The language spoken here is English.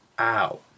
ow